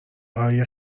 های